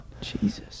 Jesus